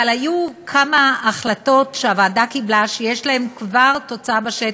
אבל היו כמה החלטות שהוועדה קיבלה ויש להן כבר תוצאה בשטח.